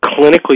clinically